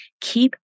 keep